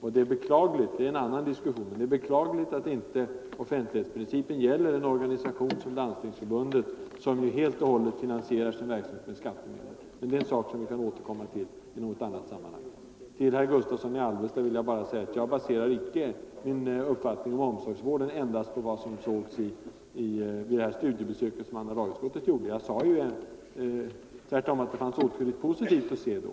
Även om det är en annan diskussion, vill jag ändå beklaga att offentlighetsprincipen inte gäller en sådan organisation som Landstingsförbundet, som helt och hållet finansierar sin verksamhet med skattemedel. Det är emellertid en sak som vi kan återkomma till i annat sammanhang. Sedan vill jag säga till herr Gustavsson i Alvesta att jag inte baserar min uppfattning rörande omsorgsvården bara på vad som framkom vid studiebesöket i Kronobergs län. Tvärtom sade jag att det fanns åtskilligt positivt att studera då.